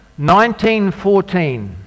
1914